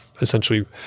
essentially